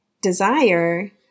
desire